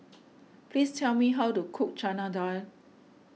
please tell me how to cook Chana Dal